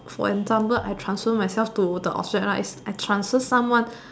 for example I transfer myself to the outside right I transfer someone